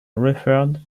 referred